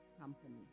company